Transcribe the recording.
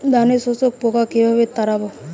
ধানে শোষক পোকা কিভাবে তাড়াব?